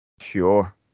Sure